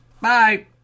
Bye